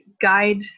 guide